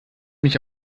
mich